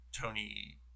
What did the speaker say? Tony